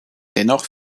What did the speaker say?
dennoch